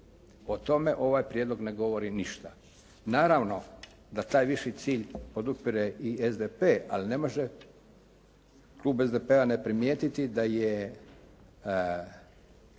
O tome ovaj prijedlog ne govori ništa. Naravno da taj viši cilj podupire i SDP ali ne može Klub SDP-a ne primijetiti da je